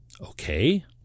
okay